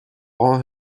all